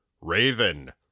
Raven